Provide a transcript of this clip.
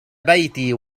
بيتي